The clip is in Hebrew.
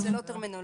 זאת לא טרמינולוגיה,